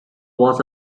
was